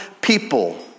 people